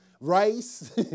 rice